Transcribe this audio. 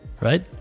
right